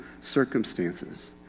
circumstances